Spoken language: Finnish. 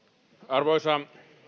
arvoisa